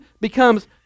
becomes